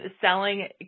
selling